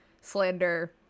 slander